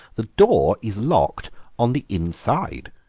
the door is locked on the inside!